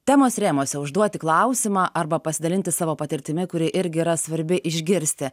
temos rėmuose užduoti klausimą arba pasidalinti savo patirtimi kuri irgi yra svarbi išgirsti